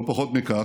לא פחות מכך,